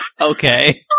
okay